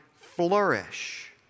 flourish